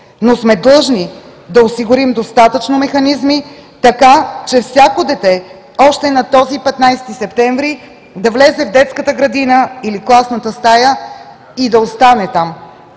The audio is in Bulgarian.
сме да осигурим достатъчно механизми, така че всяко дете още на този 15-и септември да влезе в детската градина или класната стая и да остане там.